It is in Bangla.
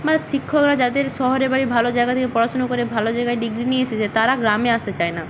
বা শিক্ষকরা যাদের শহরে বাড়ি ভালো জায়গা থেকে পড়াশোনা করে ভালো জায়গায় ডিগ্রি নিয়ে এসেছে তারা গ্রামে আসতে চায় না